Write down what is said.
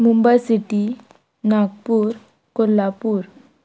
Mumbai city Nagpur Kolhapur